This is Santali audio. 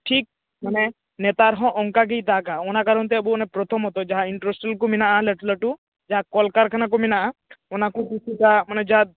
ᱴᱷᱤᱠ ᱢᱟᱱᱮ ᱱᱮᱛᱟᱨ ᱦᱚᱸ ᱚᱱᱠᱟᱜᱮᱭ ᱫᱟᱜᱟ ᱚᱱᱟ ᱠᱟᱨᱚᱱᱛᱮ ᱟᱵᱚ ᱯᱚᱨᱛᱷᱚᱢᱚᱛᱚ ᱡᱟᱦᱟᱸ ᱤᱱᱰᱟᱥᱴᱨᱤ ᱠᱚ ᱢᱮᱱᱟᱜᱼᱟ ᱞᱟᱹᱴᱩ ᱞᱟᱹᱴᱩ ᱡᱟᱦᱟᱸ ᱠᱚᱞᱠᱟᱨᱠᱷᱟᱱᱟ ᱠᱚ ᱢᱮᱱᱟᱜᱼᱟ ᱚᱱᱟ ᱠᱚ ᱠᱤᱪᱷᱩᱴᱟᱜ ᱢᱟᱱᱮ ᱡᱟᱦᱟᱸ